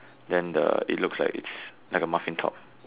then the it looks like it's like a muffin top